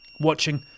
Watching